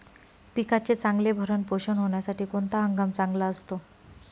पिकाचे चांगले भरण पोषण होण्यासाठी कोणता हंगाम चांगला असतो?